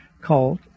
called